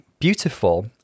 beautiful